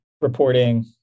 reporting